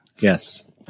Yes